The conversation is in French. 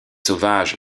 sauvages